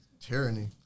Tyranny